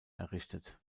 errichtet